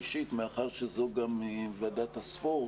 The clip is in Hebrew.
כאשר היו תהליכים של הרכבת ממשלה,